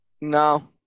No